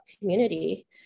community